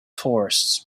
tourists